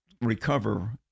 recover